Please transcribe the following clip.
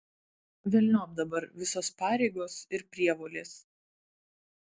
velniop dabar visos pareigos ir prievolės